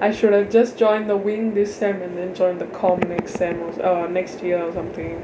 I should have just join the wing this sem and then joined the comm next sem or some~ uh next year or something